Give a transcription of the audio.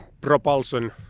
propulsion